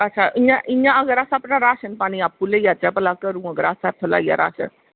ते अच्छा इ'यां अस अगर अपना राशन पानी लेई जाचै अगर घरा अस राशन